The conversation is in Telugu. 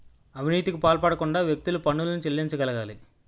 అవినీతికి పాల్పడకుండా వ్యక్తులు పన్నులను చెల్లించగలగాలి